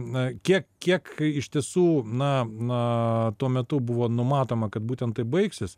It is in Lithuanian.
na kiek kiek iš tiesų na na tuo metu buvo numatoma kad būtent taip baigsis